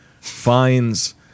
finds